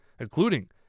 including